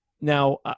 Now